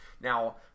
Now